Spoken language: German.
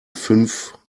fünf